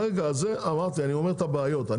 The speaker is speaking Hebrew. רגע אמרתי אני אומר את הבעיות,